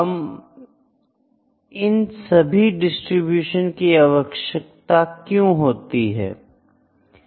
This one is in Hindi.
हमें इन सभी डिस्ट्रीब्यूशन की आवश्यकता क्यों है